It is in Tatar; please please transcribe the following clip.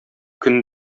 көн